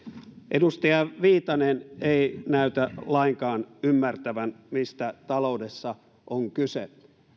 edustaja viitanen ei näytä lainkaan ymmärtävän mistä taloudessa on kyse